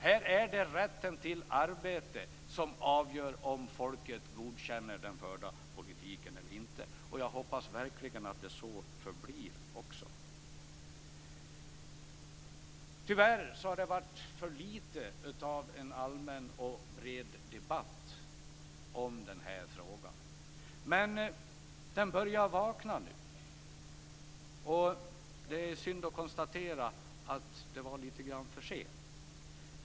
Här är det rätten till arbete som avgör om folket godkänner den förda politiken eller inte. Jag hoppas verkligen att det också så förblir. Tyvärr har det varit för lite av en allmän och bred debatt i denna fråga. Men den börjar vakna nu. Det är synd att behöva konstatera att det var lite grann för sent.